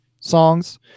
songs